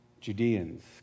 Judeans